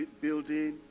building